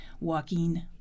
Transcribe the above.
walking